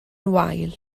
wael